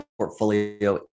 portfolio